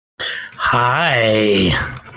Hi